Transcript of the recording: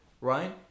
Right